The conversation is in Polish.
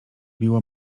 biło